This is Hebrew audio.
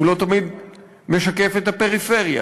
הוא לא תמיד משקף את הפריפריה,